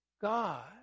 God